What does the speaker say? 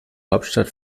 hauptstadt